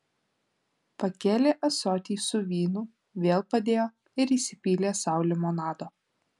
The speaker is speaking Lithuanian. pakėlė ąsotį su vynu vėl padėjo ir įsipylė sau limonado